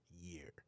year